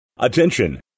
Attention